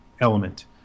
element